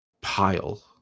pile